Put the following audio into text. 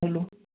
hello